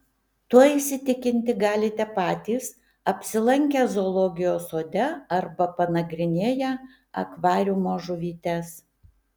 tuo įsitikinti galite patys apsilankę zoologijos sode arba panagrinėję akvariumo žuvytes